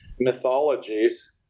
mythologies